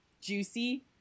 juicy